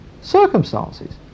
circumstances